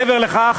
מעבר לכך,